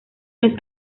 los